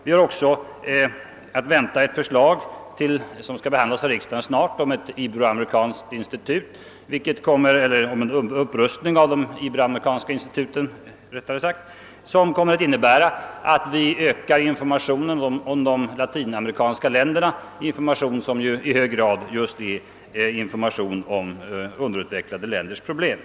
Vi har också att vänta ett förslag som snart skall behandlas av riksdagen om upprustning av de iberoamerikanska instituten, som kommer att innebära att vi ökar informationen om de latinamerikanska länderna — en information som i hög grad just är information om underutvecklade länders problem.